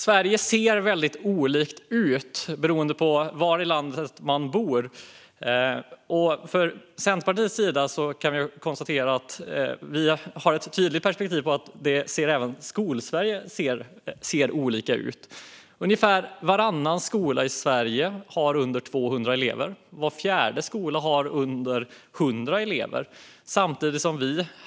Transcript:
Sverige ser väldigt olika ut i olika delar av landet. Från Centerpartiets sida har vi ett tydligt perspektiv på att även Skolsverige ser olika ut. Ungefär varannan skola i Sverige har färre än 200 elever. Var fjärde skola har färre än 100 elever.